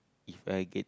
If I get